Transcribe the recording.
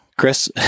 Chris